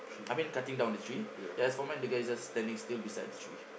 I mean cutting down the tree ya as for mine the guy is just standing still beside the tree